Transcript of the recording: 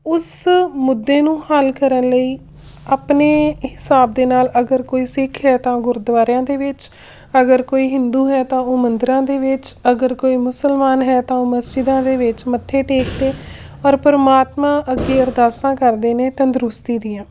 ਉਸ ਮੁੱਦੇ ਨੂੰ ਹੱਲ ਕਰਨ ਲਈ ਆਪਣੇ ਹਿਸਾਬ ਦੇ ਨਾਲ ਅਗਰ ਕੋਈ ਸਿੱਖ ਹੈ ਤਾਂ ਗੁਰਦੁਆਰਿਆਂ ਦੇ ਵਿੱਚ ਅਗਰ ਕੋਈ ਹਿੰਦੂ ਹੈ ਤਾਂ ਉਹ ਮੰਦਰਾਂ ਦੇ ਵਿੱਚ ਅਗਰ ਕੋਈ ਮੁਸਲਮਾਨ ਹੈ ਤਾਂ ਉਹ ਮਸਜਿਦਾਂ ਦੇ ਵਿੱਚ ਮੱਥੇ ਟੇਕ ਕੇ ਔਰ ਪਰਮਾਤਮਾ ਅੱਗੇ ਅਰਦਾਸਾਂ ਕਰਦੇ ਨੇ ਤੰਦਰੁਸਤੀ ਦੀਆਂ